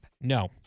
No